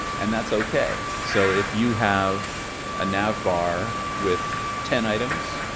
and that's okay. so if you have a nav bar with ten items,